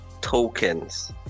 tokens